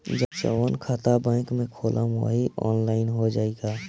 जवन खाता बैंक में खोलम वही आनलाइन हो जाई का?